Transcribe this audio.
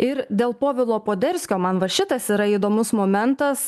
ir dėl povilo poderskio man va šitas yra įdomus momentas